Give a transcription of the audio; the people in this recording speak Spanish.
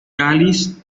cáliz